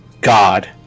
God